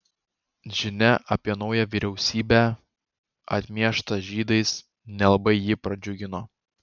žinia apie naują vyriausybę atmieštą žydais nelabai jį pradžiugino